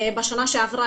בשנה שעברה,